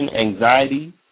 anxiety